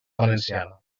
valenciana